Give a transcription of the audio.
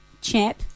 Champ